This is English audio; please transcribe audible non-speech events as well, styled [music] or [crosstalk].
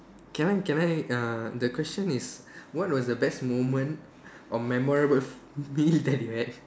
can I can I uh the question is [breath] what was the best moment or memorable [noise] meal that you had